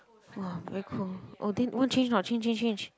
!wah! very cold oh then want change or not change change change